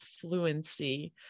fluency